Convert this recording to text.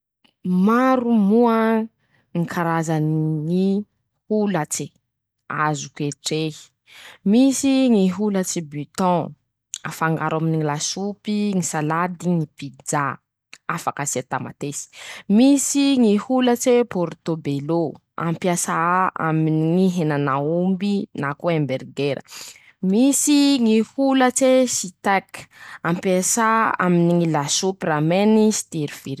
Maro moa ñy karazany ñy holatse azo ketrehy: -Misy ñy holatse buton. afangaro aminy ñy lasopy ñy salady ñy pizza ;afaky asia tamatesy ;misy ñy holatse portobelo ampiasà aminy ñy henan'aomby na koa humbergera ;misy ñy holatse sitèke ampiasà aminy ñy lasopy ramèny sterf.